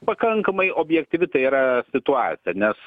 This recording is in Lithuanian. pakankamai objektyvi tai yra situacija nes